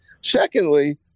secondly